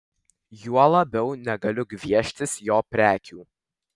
juo labiau negaliu gvieštis jo prekių